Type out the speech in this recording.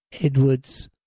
Edwards